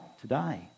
today